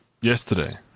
yesterday